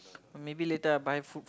and maybe later I buy food